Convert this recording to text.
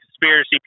conspiracy